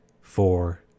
four